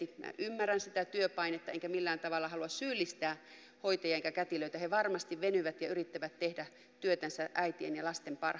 minä ymmärrän sitä työpainetta enkä millään tavalla halua syyllistää hoitajia enkä kätilöitä he varmasti venyvät ja yrittävät tehdä työtänsä äitien ja lasten parhaaksi